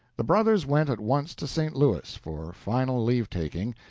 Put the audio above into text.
the brothers went at once to st. louis for final leave-taking,